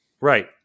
Right